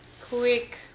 quick